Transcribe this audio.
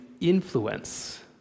influence